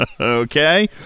Okay